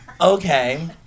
okay